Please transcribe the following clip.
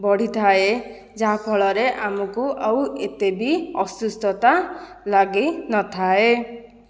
ବଢ଼ିଥାଏ ଯାହା ଫଳରେ ଆମକୁ ଆଉ ଏତେ ବି ଆସୁସ୍ଥତା ଲାଗିନଥାଏ